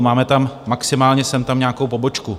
Máme tam maximálně sem tam nějakou pobočku.